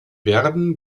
werden